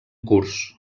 curts